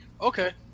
Okay